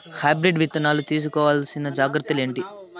Hybrid విత్తనాలు తీసుకోవాల్సిన జాగ్రత్తలు ఏంటి?